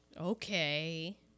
Okay